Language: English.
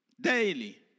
Daily